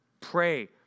Pray